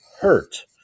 hurt